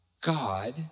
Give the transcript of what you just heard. God